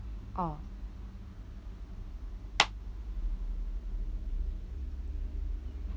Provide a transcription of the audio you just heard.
orh